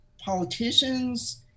politicians